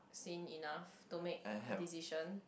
seen enough to make a decision